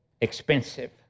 expensive